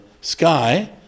sky